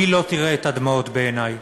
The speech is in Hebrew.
היא לא תראה את הדמעות בעיני.